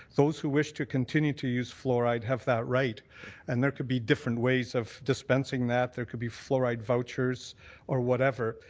those who wish to continue to use fluoride have that right and there could be different ways of dispensing that. from could be fluoride vouchers or whatever.